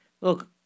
Look